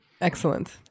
Excellent